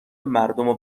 مردمو